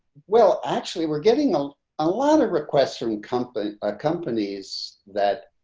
well, actually, we're getting a ah lot of requests from and companies, ah companies that